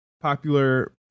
popular